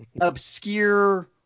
obscure